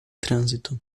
trânsito